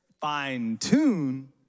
Fine-tune